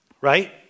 Right